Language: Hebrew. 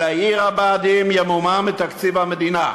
אלא עיר הבה"דים תמומן מתקציב המדינה,